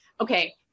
okay